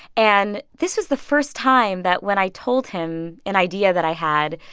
and this was the first time that, when i told him an idea that i had,